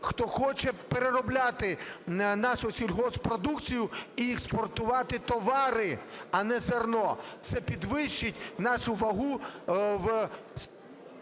хто хоче переробляти нашу сільгосппродукцію і експортувати товари, а не зерно. Це підвищить нашу вагу в… ГОЛОВУЮЧИЙ.